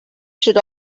should